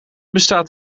bestaat